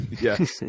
Yes